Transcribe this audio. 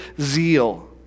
zeal